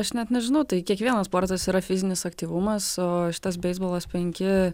aš net nežinau tai kiekvienas sportas yra fizinis aktyvumas o šitas beisbolas penki